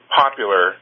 popular